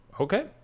Okay